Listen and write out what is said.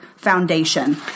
Foundation